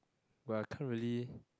well I can't really